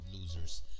losers